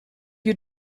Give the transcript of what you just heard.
you